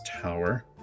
Tower